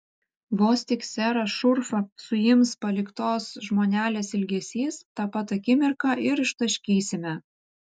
vos tik serą šurfą suims paliktos žmonelės ilgesys tą pat akimirką ir ištaškysime